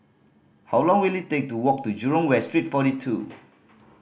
how long will it take to walk to Jurong West Street Forty Two